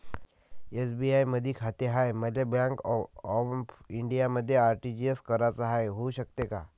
SBI मधी खाते हाय, मले बँक ऑफ इंडियामध्ये आर.टी.जी.एस कराच हाय, होऊ शकते का?